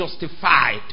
justified